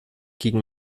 gegen